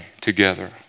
together